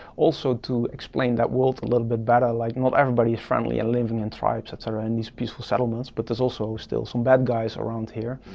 also to explain that world a little bit better, like not everybody is friendly, and living in tribes, et cetera, in these peaceful settlements. but there's also still some bad guys around here.